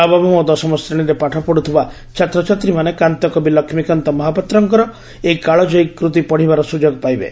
ନବମ ଓ ଦଶମ ଶ୍ରେଣୀରେ ପାଠ ପଢୁଥିବା ଛାତ୍ରଛାତ୍ରୀମାନେ କାନ୍ତକବି ଲକ୍ଷୀକାନ୍ତ ମହାପାତ୍ରଙ୍କର ଏହି କାଳଜୟୀ କୂତୀ ପଢିବାର ସୁଯୋଗ ପାଇବେ